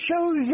shows